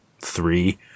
three